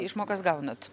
išmokas gaunat